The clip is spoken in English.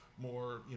more